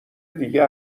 دیگه